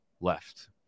left